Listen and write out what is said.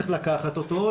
צריך לקחת אותו,